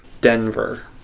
Denver